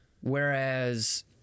Whereas